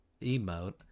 emote